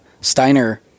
Steiner